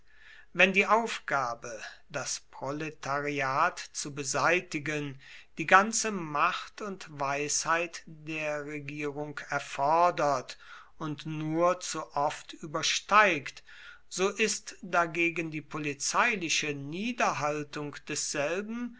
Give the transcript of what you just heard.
wenn die aufgabe das proletariat zu beseitigen die ganze macht und weisheit der regierung erfordert und nur zu oft übersteigt so ist dagegen die polizeiliche niederhaltung desselben